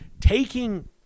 taking